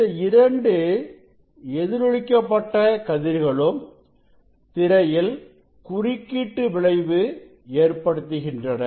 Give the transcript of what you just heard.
இந்த இரண்டு எதிரொலிக்க பட்ட கதிர்களும் திரையில் குறுக்கீட்டு விளைவு ஏற்படுத்துகின்றன